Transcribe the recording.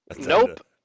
Nope